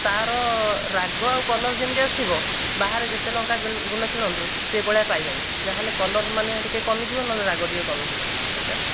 ତାର ରାଗ ଆଉ କଲର୍ ଯେମିତି ଆସିବ ବାହାରେ ଯେତେ ଲଙ୍କା ଗୁଣ୍ଡ କିଣନ୍ତୁ ସେ'ଭଳିଆ ପାଇବେନି ଯାହା ହେଲେ କଲର୍ ମାନେ ଟିକେ କମିଯିବ ନହେଲେ ରାଗ ଟିକେ କମିଯିବ ଏଇଟା ଆଉ